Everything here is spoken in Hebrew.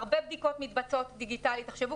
הרבה בדיקות מתבצעות דיגיטלית ותחשבו